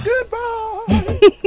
goodbye